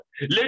Let